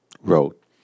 wrote